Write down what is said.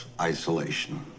isolation